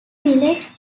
village